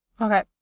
Okay